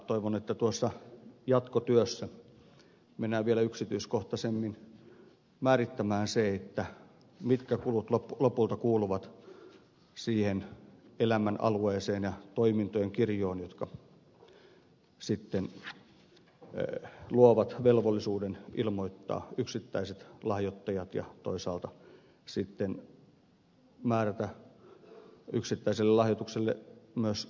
toivon että tuossa jatkotyössä mennään vielä yksityiskohtaisemmin määrittämään se mitkä kulut lopulta kuuluvat siihen elämän alueeseen ja toimintojen kirjoon joka sitten luo velvollisuuden ilmoittaa yksittäiset lahjoittajat ja toisaalta sitten määrätä yksittäiselle lahjoitukselle myös kattoja